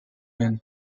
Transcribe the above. been